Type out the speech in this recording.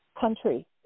country